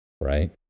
right